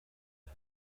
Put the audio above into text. بود